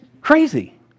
crazy